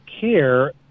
care